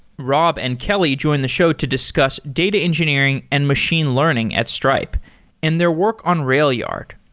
rob and kelly join the show to discuss data engineering and machine learning at stripe and their work on railyard.